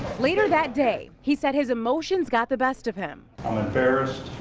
later that day, he said his emotions got the best of him. i'm embarrassed.